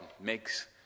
makes